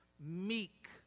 meek